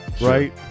Right